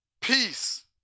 Peace